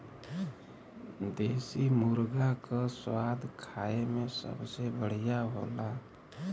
देसी मुरगा क स्वाद खाए में सबसे बढ़िया होला